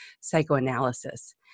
psychoanalysis